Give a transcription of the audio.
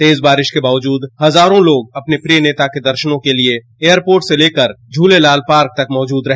तेज बारिश के बावजूद हजारों लोग अपने प्रिय नेता के दर्शनों के लिए एयरपोर्ट से लेकर झूलेलाल पार्क तक मौजूद रहे